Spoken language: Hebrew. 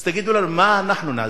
אז תגידו לנו, מה אנחנו נגיד?